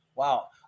Wow